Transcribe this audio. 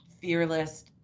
fearless